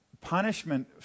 punishment